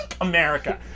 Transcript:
America